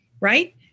right